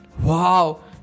Wow